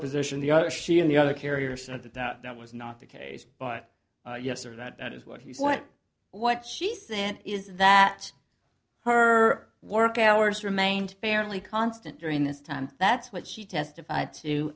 position the other she and the other carriers said that that was not the case but yes or that is what he said what what she said is that her work hours remained fairly constant during this time that's what she testified to